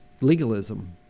legalism